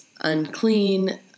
unclean